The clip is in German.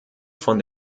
von